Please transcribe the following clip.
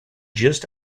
just